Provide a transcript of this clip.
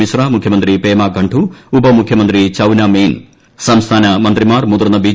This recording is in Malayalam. മിശ്ര മുഖ്യമന്ത്രി പേമാഖണ്ഡു ഉപമുഖൃമിത്രി ചൌവ്നാ മെയിൻ സംസ്ഥാന മന്ത്രിമാർ മുതിർന്ന ബി